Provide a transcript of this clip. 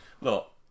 look